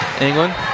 England